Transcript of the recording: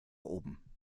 oben